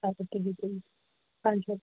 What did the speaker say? ତାପରେ ଭିଜେଇବି ପାଣିରେ